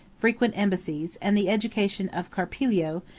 frequent embassies, and the education of carpilio,